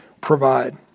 provide